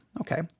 Okay